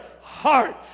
heart